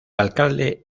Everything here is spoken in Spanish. alcalde